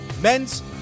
men's